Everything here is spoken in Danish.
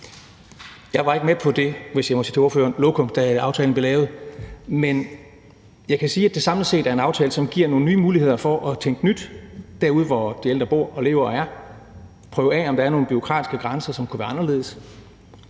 Jeg var ikke med på det lokum, hvis jeg må citere ordføreren, da aftalen blev lavet, men jeg kan sige, at det samlet set er en aftale, som giver nogle nye muligheder for at tænke nyt derude, hvor de ældre bor og lever og er; prøve af, om der er nogle bureaukratiske grænser, som kunne være anderledes;